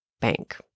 bank